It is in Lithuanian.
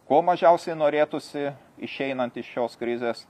ko mažiausiai norėtųsi išeinant iš šios krizės